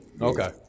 Okay